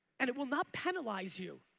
and it will not penalize you,